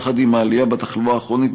יחד עם העלייה בתחלואה הכרונית,